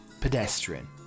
pedestrian